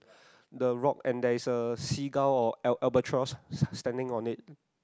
the rock and there is a seagull or al~ albatross s~ standing on it